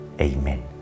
Amen